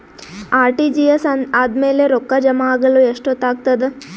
RTGS ಆದ್ಮೇಲೆ ರೊಕ್ಕ ಜಮಾ ಆಗಲು ಎಷ್ಟೊತ್ ಆಗತದ?